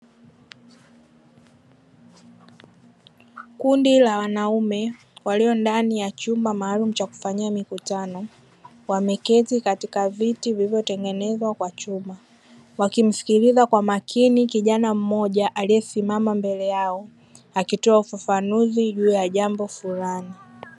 Kundi la wanaume waliondani ya chumba maalumu cha kufanyia mikutano, wameketi katika viti vilivotengenezwa kwa chuma. Wakimsikiliza kwa makini kijana mmoja aliyesimama mbele yao akitoa ufafanuzi juu ya jambo fulani.